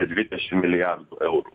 dvidešim milijardų eurų